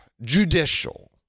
judicial